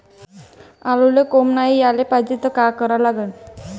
आलूले कोंब नाई याले पायजे त का करा लागन?